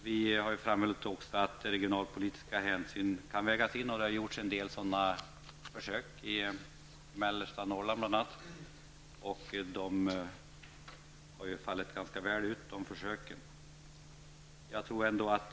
Vi framhåller också att regionalpolitiska hänsyn skall vägas in. Det har gjorts en del sådana försök i bl.a. mellersta Norrland, och de försöken har fallit ut ganska väl.